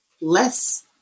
less